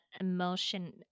emotion